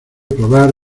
probar